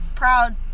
proud